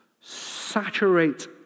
Saturate